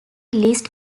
list